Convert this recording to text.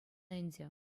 ӗнтӗ